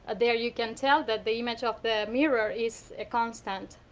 there you can tell that the image of the mirror is a constant.